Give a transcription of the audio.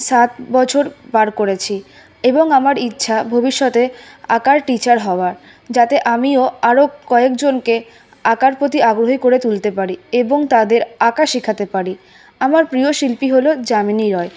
সাত বছর পার করেছি এবং আমার ইচ্ছা ভবিষ্যতে আঁকার টিচার হওয়ার যাতে আমিও আরো কয়েকজনকে আঁকার প্রতি আগ্রহী করে তুলতে পারি এবং তাদের আঁকা শেখাতে পারি আমার প্রিয় শিল্পী হলো যামিনী রায়